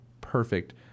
perfect